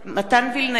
מתן וילנאי,